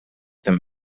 them